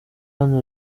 hano